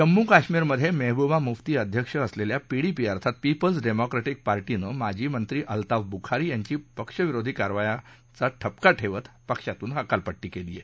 जम्मू कश्मीरमध्ये मेहबूबा मुफ्ती अध्यक्ष असलेल्या पीडीपी अर्थात पीपल्स डेमॉक्रेटिक पार्टीनं माजी मंत्री अल्ताफ बुखारी यांची पक्षविरोधी कारवायांचा ठपका ठेवत पक्षातून हकालपट्टी केली आहे